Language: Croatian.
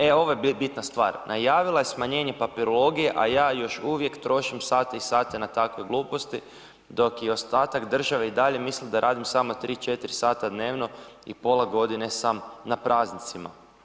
E, ovo je bitna stvar, najavila je smanjenje papirologije, a ja još uvijek trošim sate i sate na takve gluposti, dok ostatak države i dalje mislim da radim samo 3, 4 sata dnevno i pola godine sam na praznicima.